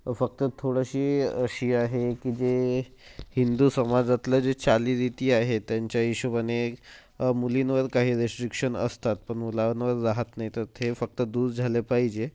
फक्त थोडशी अशी आहे की जे हिंदू समाजातल्या जे चालीरीती आहे त्यांच्या हिशोबाने मुलींवर काही रिश्ट्रीक्शन असतात पण मुलांवर राहात नाही तर ते फक्त दूर झाले पाहिजे